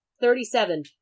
Thirty-seven